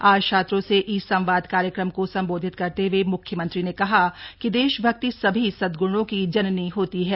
आज छात्रों से ई संवाद कार्यक्रम को संबोधित करते हए म्ख्यमंत्री ने कहा कि देशभक्ति सभी सदगुणों की जननी होती है